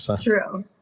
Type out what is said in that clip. True